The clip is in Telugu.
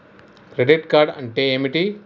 క్రెడిట్ కార్డ్ అంటే ఏమిటి?